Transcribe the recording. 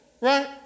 Right